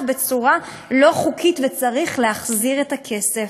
בצורה לא חוקית וצריך להחזיר את הכסף.